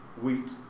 wheat